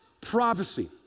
prophecy